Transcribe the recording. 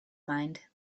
mind